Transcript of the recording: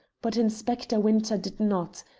but inspector winter did not.